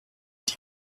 des